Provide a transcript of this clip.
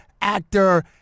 actor